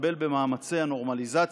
לחבל במאמצי הנורמליזציה,